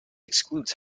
excludes